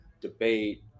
debate